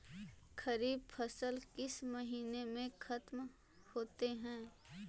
खरिफ फसल किस महीने में ख़त्म होते हैं?